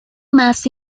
más